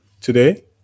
Today